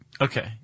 Okay